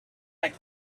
like